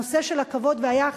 הנושא של הכבוד והיחס,